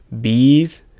Bees